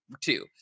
two